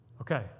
okay